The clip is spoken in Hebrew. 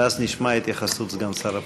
ואז נשמע את התייחסות סגן שר הפנים.